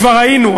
וכבר היינו,